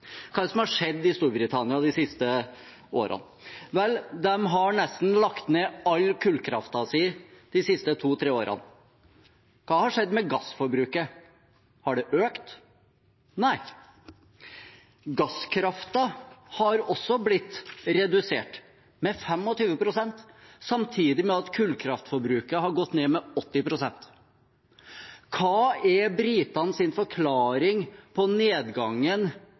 Hva er det som har skjedd i Storbritannia de siste årene? De har lagt ned nesten all kullkraften sin de siste to–tre årene. Hva har skjedd med gassforbruket? Har det økt? Nei, gasskraften har også blitt redusert med 25 pst, samtidig med at kullkraftforbruket har gått ned med 80 pst. Hva er britenes forklaring på nedgangen